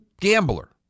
gambler